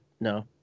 no